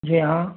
जी हाँ